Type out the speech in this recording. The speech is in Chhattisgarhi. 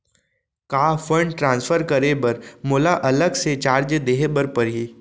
का फण्ड ट्रांसफर करे बर मोला अलग से चार्ज देहे बर परही?